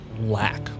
lack